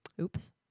oops